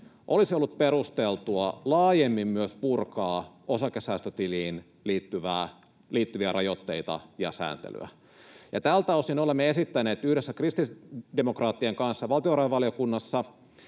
olisi ollut perusteltua purkaa myös laajemmin osakesäästötiliin liittyviä rajoitteita ja sääntelyä. Tältä osin olemme esittäneet yhdessä kristillisdemokraattien kanssa valtiovarainvaliokunnassa